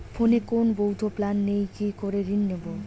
ফোনে কোন বৈধ প্ল্যান নেই কি করে ঋণ নেব?